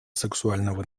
сексуального